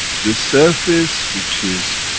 the surface, which is.